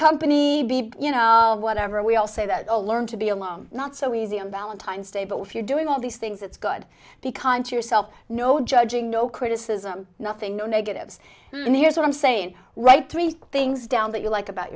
company you know whatever we all say that all learned to be alone not so easy on valentine's day but if you're doing all of these things that's good because to yourself no judging no criticism nothing no negatives and here's what i'm saying right three things down that you like about